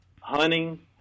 hunting